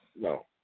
no